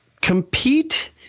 compete